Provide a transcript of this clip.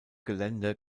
gelände